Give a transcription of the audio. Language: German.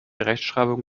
rechtschreibung